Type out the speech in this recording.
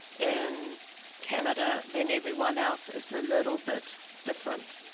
in canada, then everyone else is a little bit different.